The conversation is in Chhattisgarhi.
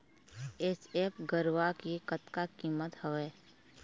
एच.एफ गरवा के कतका कीमत हवए?